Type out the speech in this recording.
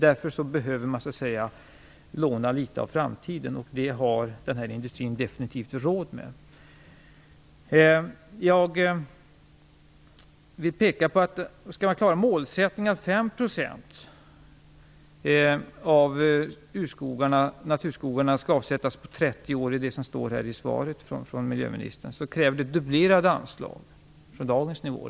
Därför behöver man så att säga låna litet av framtiden. Det har skogsindustrin definitivt råd med. Skall man klara den målsättning som anges i miljöministerns svar, att 5 % av urskogarna och naturskogarna skall avsättas på 30 år, krävs det ett dubblerat anslag jämfört med dagens nivå.